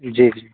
जी जी